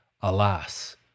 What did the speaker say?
Alas